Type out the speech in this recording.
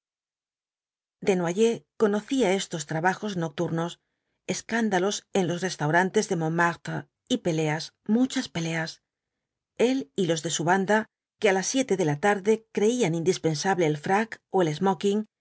tantas diabluras desnoyers conocía estos trabajos nocturnos escándalos en los restauran ts de montmartre y peleas muchas peleas el y los de su banda que á las siete de la tarde creían indispensable el frac ó el